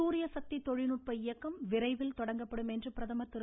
சூரியசக்தி தொழில்நுட்ப இயக்கம் விரைவில் தொடங்கப்படும் என்று பிரதமா திரு